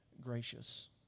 gracious